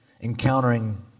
Encountering